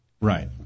Right